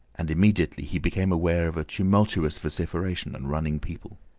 and immediately he became aware of a tumultuous vociferation and running people.